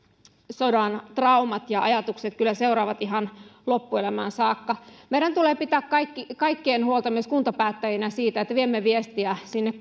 sodan traumat ja ajatukset kyllä seuraavat ihan loppuelämään saakka meidän kaikkien tulee pitää huolta myös kuntapäättäjinä siitä että viemme viestiä sinne